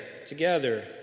together